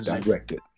directed